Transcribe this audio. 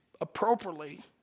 appropriately